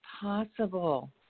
possible